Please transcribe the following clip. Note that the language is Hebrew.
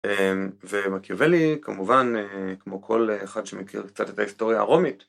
ומקייוולי, כמובן, כמו כל אחד שמכיר קצת את ההיסטוריה הרומית.